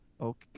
Okay